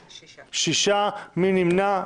6. 6. מי נמנע?